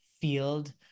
field